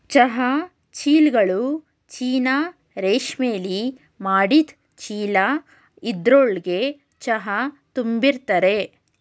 ಚಹಾ ಚೀಲ್ಗಳು ಚೀನಾ ರೇಶ್ಮೆಲಿ ಮಾಡಿದ್ ಚೀಲ ಇದ್ರೊಳ್ಗೆ ಚಹಾ ತುಂಬಿರ್ತರೆ